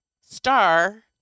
star